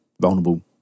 vulnerable